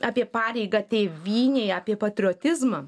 apie pareigą tėvynei apie patriotizmą